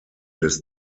des